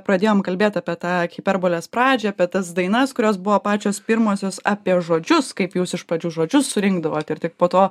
pradėjom kalbėt apie tą hiperbolės pradžią apie tas dainas kurios buvo pačios pirmosios apie žodžius kaip jūs iš pačių žodžius surinkdavot ir tik po to